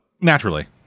Naturally